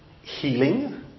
Healing